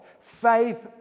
Faith